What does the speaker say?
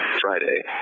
Friday